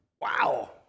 Wow